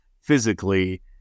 physically